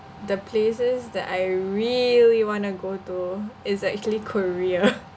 the places that I really want to go to is actually korea